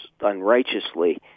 unrighteously